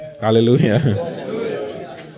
Hallelujah